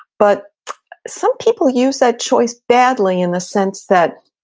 but some people use that choice badly in the sense that,